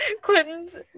Clinton's